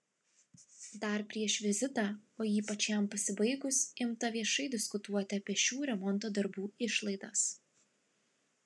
dar prieš vizitą o ypač jam pasibaigus imta viešai diskutuoti apie šių remonto darbų išlaidas